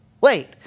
wait